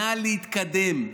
נא להתקדם.